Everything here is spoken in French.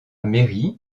mairie